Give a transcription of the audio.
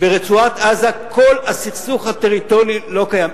ברצועת-עזה כל הסכסוך הטריטוריאלי לא קיים.